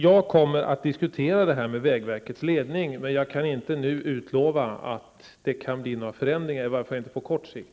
Jag kommer att diskutera det här med vägverkets ledning, men jag kan inte nu utlova några förändringar, i varje fall inte på kort sikt.